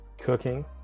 cooking